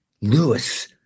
Lewis